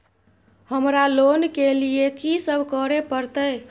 हमरा लोन के लिए की सब करे परतै?